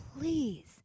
Please